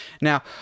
Now